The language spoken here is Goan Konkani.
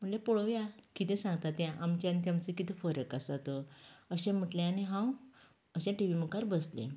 म्हणले पळोवया कितें सांगता तें आमचे आनी तेमचो कितें फरक आसा तो अशें म्हटले आनी हांव अशें टिवी मुखार बसले